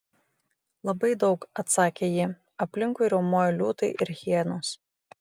labai daug atsakė ji aplinkui riaumojo liūtai ir hienos